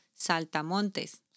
saltamontes